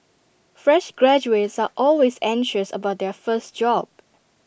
fresh graduates are always anxious about their first job